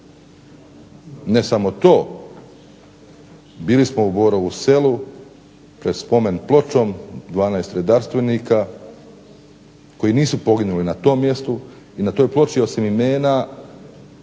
Ne samo to, bili smo u Borovu Selu pred spomen pločom 12 redarstvenika koji nisu poginuli na tom mjestu i na toj ploči osim imena,